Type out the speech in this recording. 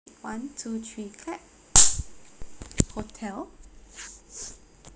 one two three clap hotel